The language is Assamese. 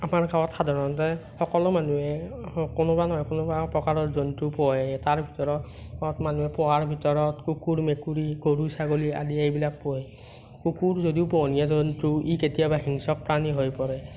আমাৰ গাঁৱত সাধাৰণতে সকলো মানুহে কোনোবা নহয় কোনোবা প্ৰকাৰৰ জন্তু পোহে তাৰ ভিতৰত ঘৰত মানুহে পোহাৰ ভিতৰত কুকুৰ মেকুৰী গৰু ছাগলী আদি এইবিলাক পোহে কুকুৰ যদিও পোহনীয়া জন্তু ই কেতিয়াবা হিংস্ৰ প্ৰাণী হৈ পৰে